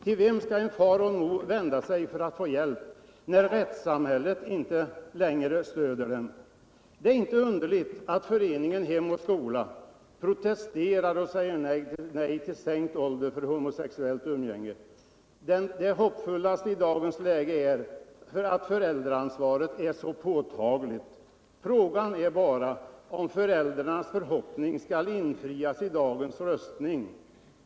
Till vem skall en far eller mor vända sig för att få hjälp när rättssamhället inte längre stöder dem? Det är inte underligt att Riksförbundet Hem och skola protesterar och säger nej till sänkt ålder för homosexuellt umgänge. Det hoppfullaste i dagens läge är att föräldraansvaret är så påtagligt. Frågan är bara om föräldrarnas förhoppning skall infrias i dagens röstning.